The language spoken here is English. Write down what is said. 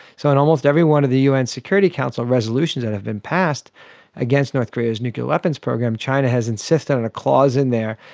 so in almost every one of the un security council resolutions that have been passed against north korea's nuclear weapons program, china has insisted on a clause in there,